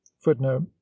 footnote